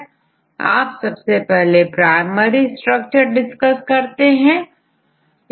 अब सबसे पहले प्रायमरी स्ट्रक्चर को डिस्कस करते हैं